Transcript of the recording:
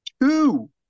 two